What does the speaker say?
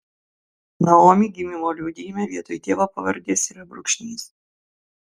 naomi gimimo liudijime vietoj tėvo pavardės yra brūkšnys